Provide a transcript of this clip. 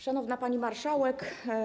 Szanowna Pani Marszałek!